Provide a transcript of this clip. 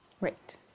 Right